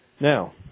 Now